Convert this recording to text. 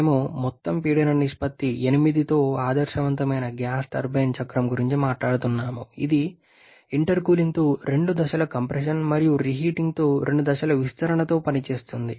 మేము మొత్తం పీడన నిష్పత్తి 8తో ఆదర్శవంతమైన గ్యాస్ టర్బైన్ చక్రం గురించి మాట్లాడుతున్నాము ఇది ఇంటర్కూలింగ్తో రెండు దశల కంప్రెషన్ మరియు రీహీటింగ్తో రెండు దశల విస్తరణతో పనిచేస్తోంది